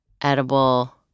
edible